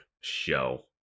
show